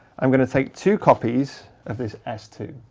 i'm going to take two copies of this s two,